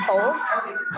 cold